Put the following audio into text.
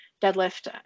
deadlift